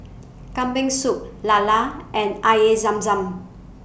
Kambing Soup Lala and Air Zam Zam